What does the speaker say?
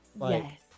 Yes